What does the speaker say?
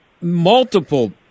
multiple